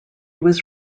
was